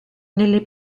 nelle